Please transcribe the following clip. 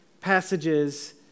passages